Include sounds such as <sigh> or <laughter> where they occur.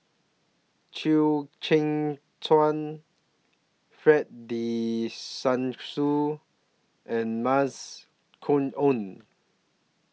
Chew Kheng Chuan Fred De <unintelligible> and Mavis Khoo Oei